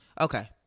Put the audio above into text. Okay